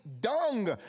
dung